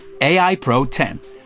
AIPRO10